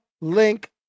link